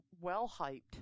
well-hyped